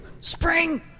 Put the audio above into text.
Spring